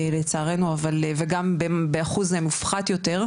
לצערנו וגם באחוז מופחת יותר,